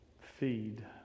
feed